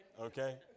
Okay